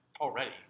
Already